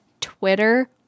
Twitter